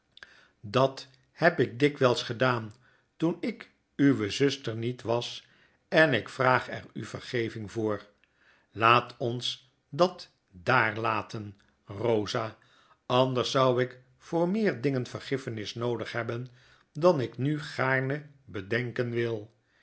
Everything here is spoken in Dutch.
dat heb ik dikwijls gedaan toen ik uwe zuster niet was en ik vraag er u vergeving voor laat ons dat daar laten bosa anderszou ik voor meer dingen vergiffenis noodig hebben dan ik nu gaarne bedenken wil